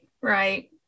Right